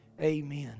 Amen